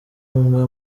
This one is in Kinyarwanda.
umwe